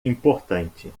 importante